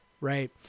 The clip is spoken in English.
right